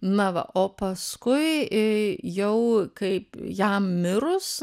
na va o paskui jau kaip jam mirus